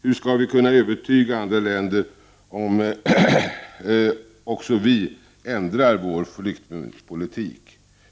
Hur skall vi kunna övertyga andra länder om vi också ändrar vår flyktingpolitik?